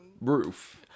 roof